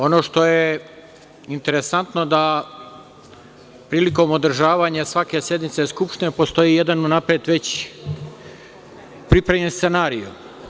Ono što je interesantno je da prilikom održavanja svake sednice Skupštine postoji jedan unapred već pripremljen scenario.